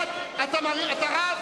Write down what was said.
אתה רב?